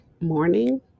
morning